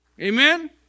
Amen